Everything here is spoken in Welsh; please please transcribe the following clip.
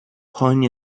poeni